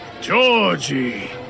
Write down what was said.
Georgie